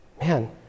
man